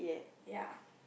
ya